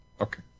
Okay